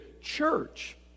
church